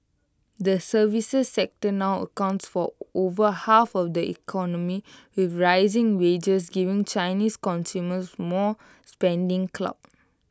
the services sector now accounts for over half of the economy with rising wages giving Chinese consumers more spending clout